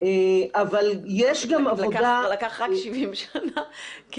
לקח רק 70 שנה...